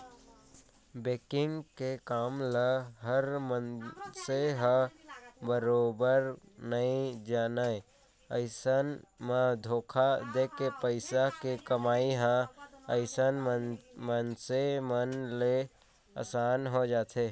banking के काम ल हर मनसे ह बरोबर नइ जानय अइसन म धोखा देके पइसा के कमई ह अइसन मनसे मन ले असान हो जाथे